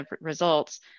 results